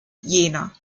jena